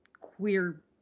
queer